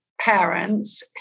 parents